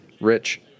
rich